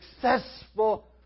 successful